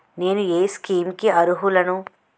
నేను ఏ స్కీమ్స్ కి అరుహులను?